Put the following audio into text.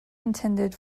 intended